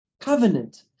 covenant